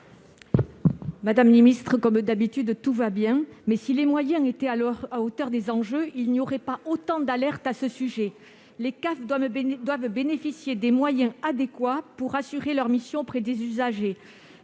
Madame la ministre, comme d'habitude, tout va bien ! Mais si les moyens étaient à la hauteur des enjeux, il n'y aurait pas autant d'alertes à ce sujet. Les CAF doivent bénéficier des moyens adéquats à l'exercice de leurs missions auprès des usagers.